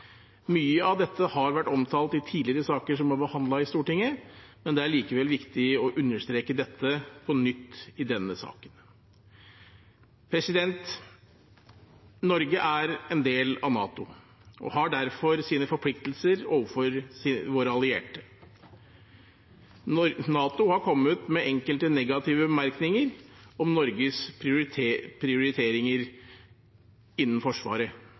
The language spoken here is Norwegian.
Mye av dette har vært omtalt i tidligere saker som er behandlet i Stortinget, men det er likevel viktig å understreke dette på nytt i denne saken. Norge er en del av NATO og har derfor sine forpliktelser overfor sine allierte. NATO har kommet med enkelte negative bemerkninger om Norges prioriteringer innenfor Forsvaret.